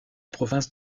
province